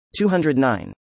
209